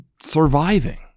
surviving